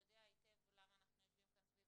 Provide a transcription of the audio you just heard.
הוא יודע היטב למה אנחנו יושבים כאן סביב